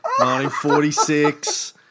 1946